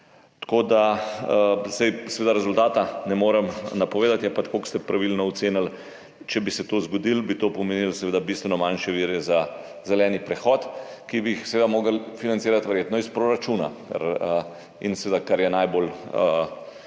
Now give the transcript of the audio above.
ETS. Seveda rezultata ne morem napovedati, je pa tako, kot ste pravilno ocenili, če bi se to zgodilo, bi to pomenilo seveda bistveno manjše vire za zeleni prehod, ki bi jih morali financirati verjetno iz proračuna. Kar je najbolj